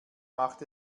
macht